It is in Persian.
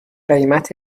قیمت